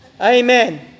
amen